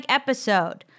episode